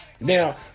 Now